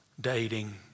Dating